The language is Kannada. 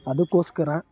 ಅದಕ್ಕೋಸ್ಕರ